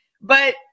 but-